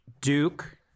Duke